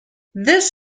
this